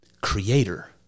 creator